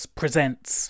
presents